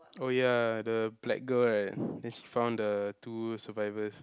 oh ya the black girl right then she found the two survivors